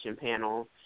panel